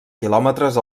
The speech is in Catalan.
quilòmetres